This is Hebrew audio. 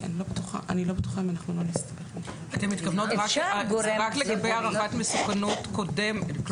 אתן מתכוונות רק לגבי הערכת מסוכנות קודמת.